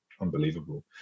unbelievable